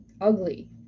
ugly